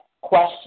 Question